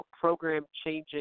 program-changing